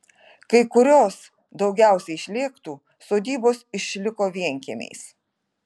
kai kurios daugiausiai šlėktų sodybos išliko vienkiemiais